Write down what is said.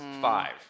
five